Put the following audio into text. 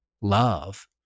love